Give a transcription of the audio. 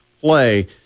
play